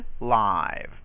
live